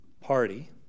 party